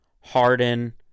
Harden